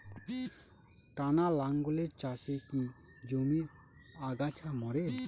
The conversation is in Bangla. টানা লাঙ্গলের চাষে কি জমির আগাছা মরে?